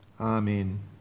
Amen